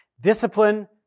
Discipline